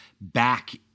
back